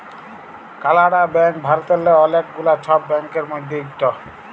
কালাড়া ব্যাংক ভারতেল্লে অলেক গুলা ছব ব্যাংকের মধ্যে ইকট